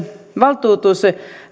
valtuutus